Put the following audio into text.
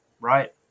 right